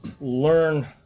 learn